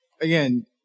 again